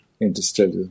interstellar